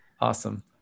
awesome